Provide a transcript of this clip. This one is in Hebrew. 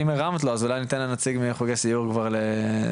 ואם הרמת לו אז אולי ניתן לנציג מחוגי סיור כבר לדבר,